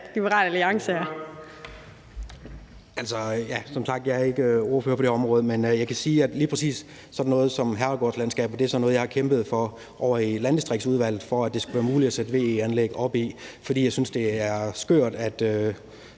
Liberal Alliance er.